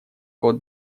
кот